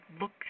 look